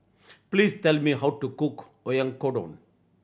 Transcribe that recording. please tell me how to cook Oyakodon